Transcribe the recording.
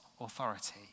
authority